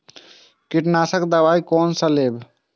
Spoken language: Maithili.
कीट नाशक दवाई कोन सा लेब?